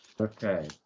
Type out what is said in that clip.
Okay